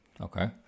Okay